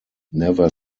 never